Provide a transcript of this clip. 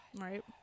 right